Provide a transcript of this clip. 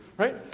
Right